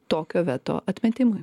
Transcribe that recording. tokio veto atmetimui